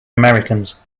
americans